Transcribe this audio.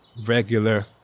regular